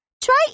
try